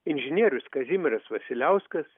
inžinierius kazimieras vasiliauskas